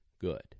Good